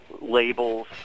labels